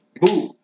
boo